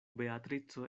beatrico